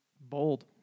bold